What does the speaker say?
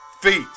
feet